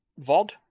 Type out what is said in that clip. VOD